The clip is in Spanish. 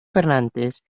fernández